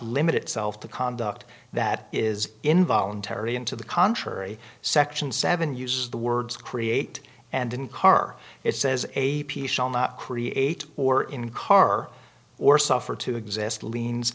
limit itself to conduct that is involuntary into the contrary section seven uses the words create and in car it says a shall not create or in car or suffer to exist liens